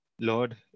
Lord